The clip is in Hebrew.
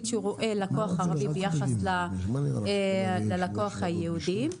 שרואה לקוח ערבי ביחס ללקוח היהודי,